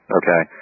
okay